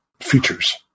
features